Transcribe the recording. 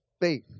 faith